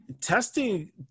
testing